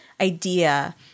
idea